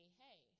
hey